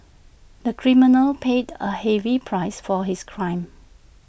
the criminal paid A heavy price for his crime